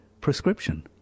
prescription